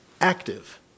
active